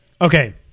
Okay